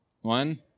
One